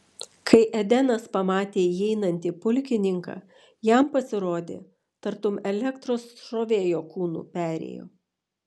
kai edenas pamatė įeinantį pulkininką jam pasirodė tartum elektros srovė jo kūnu perėjo